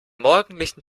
morgendlichen